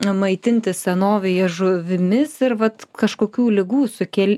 maitintis senovėje žuvimis ir vat kažkokių ligų sukėl